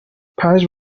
پنج